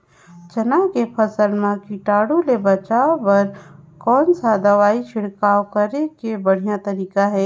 चाना के फसल मा कीटाणु ले बचाय बर कोन सा दवाई के छिड़काव करे के बढ़िया तरीका हे?